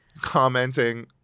commenting